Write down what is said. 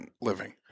living